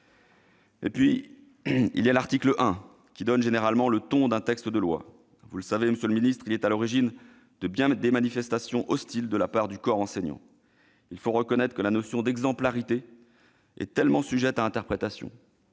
remplacement. L'article 1donne généralement le ton d'un texte. Comme vous le savez, monsieur le ministre, cet article est ici à l'origine de bien des manifestations hostiles de la part du corps enseignant. Il faut reconnaître que la notion d'exemplarité est tellement sujette à interprétation